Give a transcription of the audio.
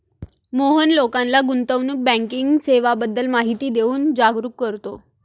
मोहन लोकांना गुंतवणूक बँकिंग सेवांबद्दल माहिती देऊन जागरुक करतो